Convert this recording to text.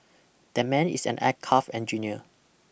that man is an aircraft engineer